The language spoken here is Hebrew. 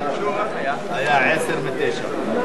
ההצעה להסיר מסדר-היום את הצעת חוק שוויון ההזדמנויות במקום מגורים,